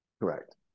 correct